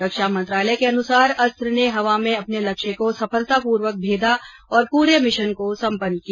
रक्षा मंत्रालय के अनुसार अस्त्र ने हवा में अपने लक्ष्य को सफलतापूर्वक भेदा और पूरे मिशन को सम्पन्न किया